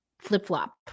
flip-flop